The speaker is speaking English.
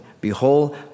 Behold